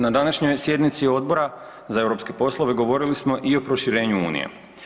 Na današnjoj sjednici Odbora za europske poslove govorili smo i o proširenju unije.